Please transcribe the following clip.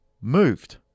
moved